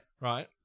Right